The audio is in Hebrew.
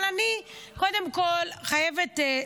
אבל אני קודם כול חייבת,